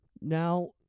now